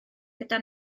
gyda